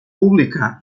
pública